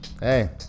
hey